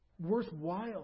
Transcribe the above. worthwhile